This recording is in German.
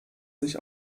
sich